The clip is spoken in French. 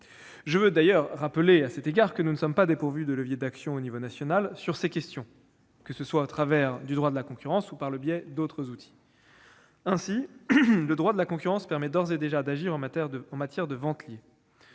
Je veux d'abord rappeler que nous ne sommes pas dépourvus de leviers d'action à l'échelon national sur ces questions, que ce soit au travers du droit de la concurrence ou par le biais d'autres outils. Ainsi, le droit de la concurrence permet d'ores et déjà d'agir en matière de ventes liées.